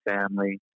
family